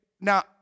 Now